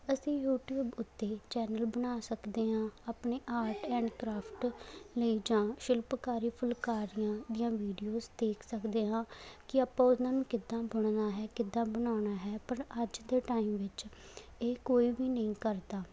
ਅਸੀਂ ਯੂਟੀਊਬ ਉੱਤੇ ਚੈਨਲ ਬਣਾ ਸਕਦੇ ਹਾਂ ਆਪਣੇ ਆਰਟ ਐਂਡ ਕਰਾਫਟ ਲਈ ਜਾਂ ਸ਼ਿਲਪਕਾਰੀ ਫੁਲਕਾਰੀਆਂ ਦੀਆਂ ਵੀਡੀਓਜ ਦੇਖ ਸਕਦੇ ਹਾਂ ਕਿ ਆਪਾਂ ਉਹਨਾਂ ਨੂੰ ਕਿੱਦਾਂ ਬੁਣਨਾ ਹੈ ਕਿੱਦਾਂ ਬਣਾਉਣਾ ਹੈ ਪਰ ਅੱਜ ਦੇ ਟਾਈਮ ਵਿੱਚ ਇਹ ਕੋਈ ਵੀ ਨਹੀਂ ਕਰਦਾ